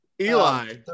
Eli